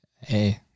Hey